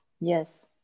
yes